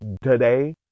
today